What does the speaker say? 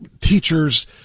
teachers